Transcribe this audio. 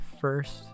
first